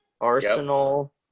Arsenal